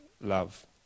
love